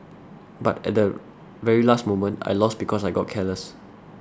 but at the very last moment I lost because I got careless